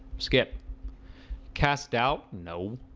skip cast doubt nope!